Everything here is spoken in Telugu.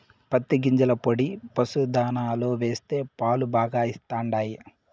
పత్తి గింజల పొడి పశుల దాణాలో వేస్తే పాలు బాగా ఇస్తండాయి